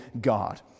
God